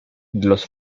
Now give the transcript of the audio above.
los